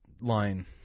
line